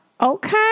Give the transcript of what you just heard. okay